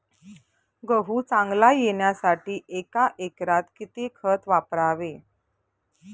गहू चांगला येण्यासाठी एका एकरात किती खत वापरावे?